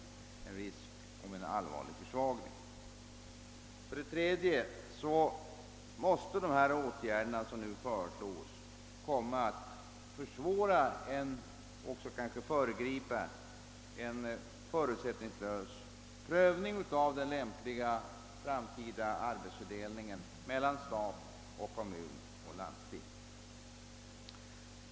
Den måste väl snarare medföra risk för en väsentlig försvagning av denna demokrati. För det tredje måste de åtgärder som nu föreslås komma att försvåra och även kanske föregripa en förutsättningslös prövning av den lämpliga framtida = arbetsfördelningen mellan stat, landsting och kommun.